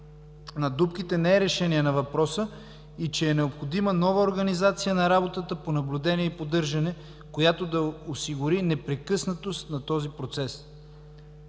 на дупките не е решение на въпроса и че е необходима нова организация на работата по наблюдение и поддържане, която да осигури непрекъснатост на този процес.